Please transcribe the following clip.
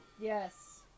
Yes